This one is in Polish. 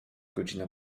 godzina